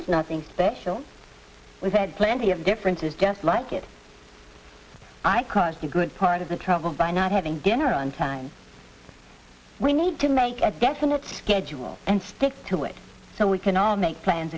it's nothing special we've had plenty of differences just like it's i could be a good part of the trouble by not having dinner on time we need to make a definite schedule and stick to it so we can all make plans